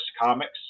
Comics